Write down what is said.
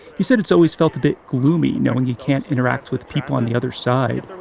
he says it's always felt a bit gloomy knowing he can't interact with people on the other side.